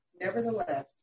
nevertheless